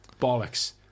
Bollocks